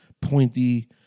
pointy